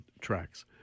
tracks